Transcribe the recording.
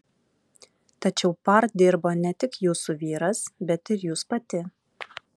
tačiau par dirbo ne tik jūsų vyras bet ir jūs pati